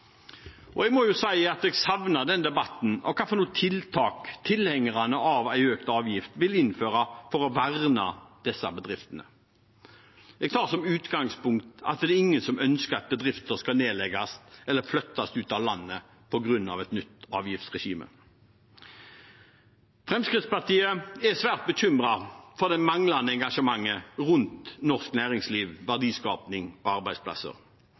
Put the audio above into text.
Jeg må jo si at jeg savner debatten om hvilke tiltak tilhengerne av en økt avgift vil innføre for å verne disse bedriftene. Jeg tar som utgangspunkt at ingen ønsker at bedrifter skal nedlegges eller flyttes ut av landet på grunn av et nytt avgiftsregime. Fremskrittspartiet er svært bekymret for det manglende engasjementet rundt norsk næringsliv, verdiskaping og arbeidsplasser.